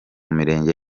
mirenge